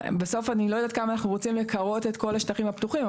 בסוף אני לא יודעת כמה אנחנו רוצים לקרות את כל השטחים הפתוחים,